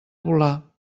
volar